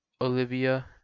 Olivia